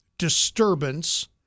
disturbance